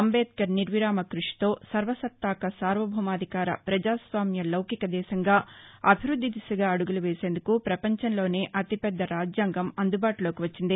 అంబేద్వర్ నిర్విరామ కృషితో సర్వసతాక సార్వభౌమాధికార పజాస్వామ్య లౌకిక దేశంగా అభివృద్ది దిశగా అడుగులు వేసేందుకు ప్రపంచంలోనే అతిపెద్ద రాజ్యాంగం అందుబాటులోకి వచ్చింది